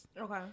Okay